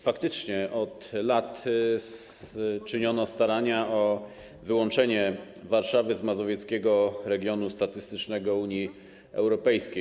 Faktycznie od lat czyniono starania o wyłączenie Warszawy z mazowieckiego regionu statystycznego Unii Europejskiej.